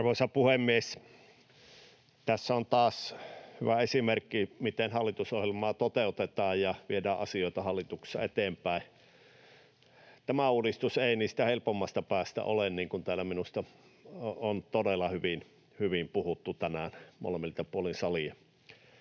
Arvoisa puhemies! Tässä on taas hyvä esimerkki, miten hallitusohjelmaa toteutetaan ja viedään asioita hallituksessa eteenpäin. Tämä uudistus ei helpoimmasta päästä ole, niin kuin täällä minusta on todella hyvin puhuttu tänään molemmilta puolin salia.